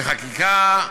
חקיקה,